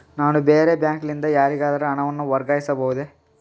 ನಾನು ಬೇರೆ ಬ್ಯಾಂಕ್ ಲಿಂದ ಯಾರಿಗಾದರೂ ಹಣವನ್ನು ವರ್ಗಾಯಿಸಬಹುದೇ?